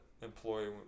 employee